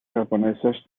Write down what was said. japonesas